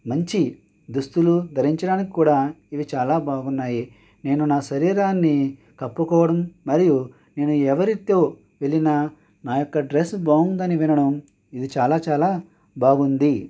మంచి దుస్తులు ధరించడానికి కూడా ఇవి చాలా బాగున్నాయి నేను నా శరీరాన్ని కప్పుకోవడం మరియు నేను ఎవరితో వెళ్ళినా నా యొక్క డ్రస్ బాగుందని వినడం ఇది చాలా చాలా బాగుంది